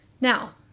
Now